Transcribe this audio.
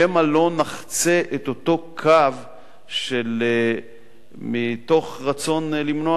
שמא לא נחצה את אותו קו שמתוך רצון למנוע